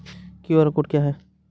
QR code क्या है?